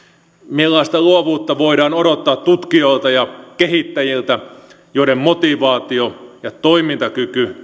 millaista luovuutta voidaan odottaa tutkijoilta ja kehittäjiltä joiden motivaatio ja toimintakyky